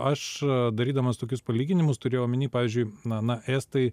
aš darydamas tokius palyginimus turiu omeny pavyzdžiui na na estai